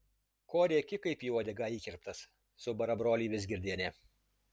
ko rėki kaip į uodegą įkirptas subara brolį vizgirdienė